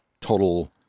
total